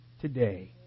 today